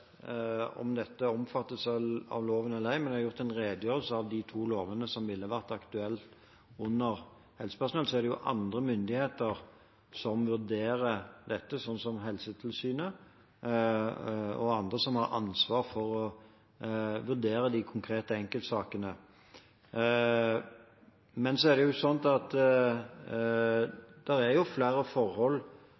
om dette omfattes av loven eller ei, men jeg har gitt en redegjørelse for de to lovene som ville vært aktuelle overfor helsepersonell. Så er det andre myndigheter som vurderer dette, som Helsetilsynet og andre som har ansvar for å vurdere de konkrete enkeltsakene. Men så er det